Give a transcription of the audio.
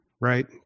right